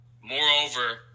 Moreover